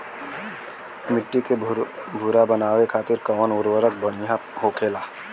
मिट्टी के भूरभूरा बनावे खातिर कवन उर्वरक भड़िया होखेला?